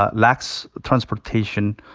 ah lacks transportation,